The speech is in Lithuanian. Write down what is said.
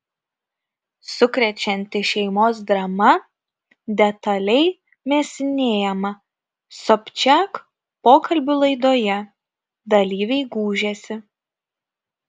sukrečianti šeimos drama detaliai mėsinėjama sobčiak pokalbių laidoje dalyviai gūžiasi